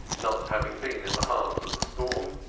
not having been in the heart of the storm.